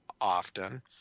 often